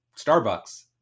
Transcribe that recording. Starbucks